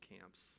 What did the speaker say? camps